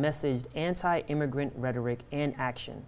misused anti immigrant rhetoric in action